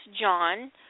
John